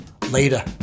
Later